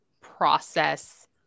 process